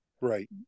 Right